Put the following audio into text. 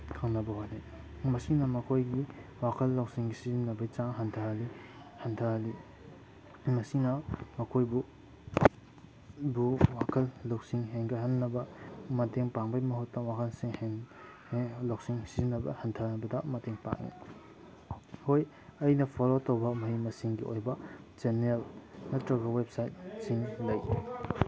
ꯈꯪꯅꯕ ꯍꯣꯠꯅꯩ ꯃꯁꯤꯅ ꯃꯈꯣꯏꯒꯤ ꯋꯥꯈꯜ ꯂꯧꯁꯤꯡ ꯁꯤꯖꯤꯟꯅꯕꯒꯤ ꯆꯥꯡ ꯍꯟꯊꯍꯜꯂꯤ ꯍꯟꯊꯍꯜꯂꯤ ꯃꯁꯤꯅ ꯃꯈꯣꯏꯕꯨ ꯋꯥꯈꯜ ꯂꯧꯁꯤꯡ ꯍꯟꯒꯠꯍꯟꯅꯕ ꯃꯇꯦꯡ ꯄꯥꯡꯕꯩ ꯃꯍꯨꯠꯇ ꯋꯥꯈꯟ ꯂꯧꯁꯤꯡ ꯁꯤꯖꯤꯟꯅꯕ ꯍꯟꯊꯍꯟꯕꯗ ꯃꯇꯦꯡ ꯄꯥꯡꯉꯤ ꯍꯣꯏ ꯑꯩꯅ ꯐꯣꯂꯣ ꯇꯧꯕ ꯃꯍꯩ ꯃꯁꯤꯡꯒꯤ ꯑꯣꯏꯕ ꯆꯦꯅꯦꯜ ꯅꯠꯇ꯭ꯔꯒ ꯋꯦꯞꯁꯥꯏꯠꯁꯤꯡ ꯂꯩ